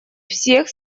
всех